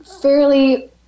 fairly